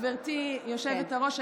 גברתי יושבת-ראש,